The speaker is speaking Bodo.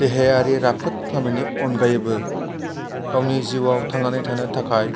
देहायारि राफोद खालामनायनि अनगायैबो गावनि जिउयाव थांनानै थानो थाखाय